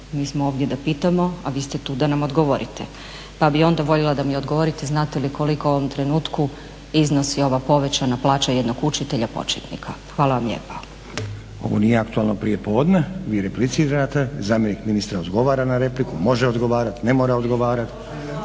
Mi smo ovdje da pitamo, a vi ste tu da nama odgovorite. Pa bi onda voljela da mi odgovorite, znate li koliko u ovom trenutku iznosi ova povećana plaća jednog učitelja početnika? Hvala vam lijepa. **Stazić, Nenad (SDP)** Ovo nije aktualno prijepodne, vi replicirate, zamjenik ministra odgovara na repliku, može odgovarati, ne mora odgovara,